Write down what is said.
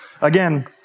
again